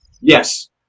Yes